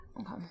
okay